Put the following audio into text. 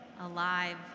alive